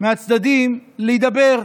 מהצדדים להידבר.